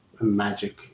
magic